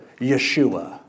Yeshua